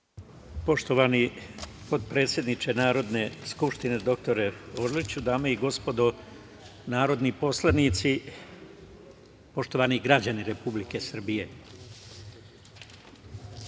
Poštovani potpredsedniče Narodne skupštine, dr Orliću, dame i gospodo narodni poslanici, poštovani građani Republike Srbije,